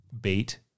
bait